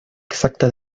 exacta